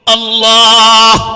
Allah